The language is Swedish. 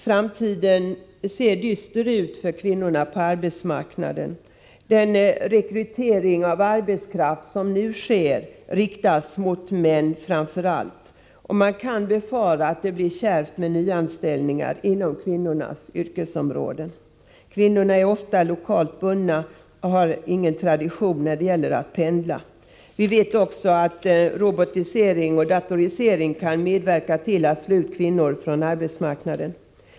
Framtiden ser dyster ut för kvinnorna på arbetsmarknaden. Den rekrytering av arbetskraft som nu sker riktas framför allt mot män, och man kan befara att det blir kärvt med nyanställningar inom kvinnornas yrkesområden. Kvinnorna är ofta lokalt bundna och har ingen tradition när det gäller att pendla. Vi vet också att robotisering och datorisering kan medverka till att slå ut kvinnor från arbetsmarknaden.